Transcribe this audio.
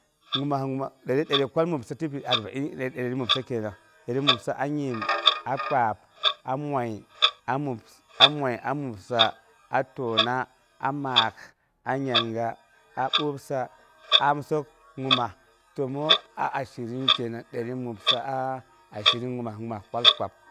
Ngimas ngimas dari dari kwal mobsi sibi dari mobsi kenang ni nyim, a kpab, a moi a mobsa, a təuna, a maak, a nyanga, a boopsa amsonyim ngimas təma a ashirin kman dari mobsa a ashin